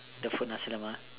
the food nice lemon